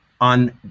on